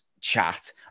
chat